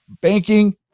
banking